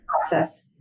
process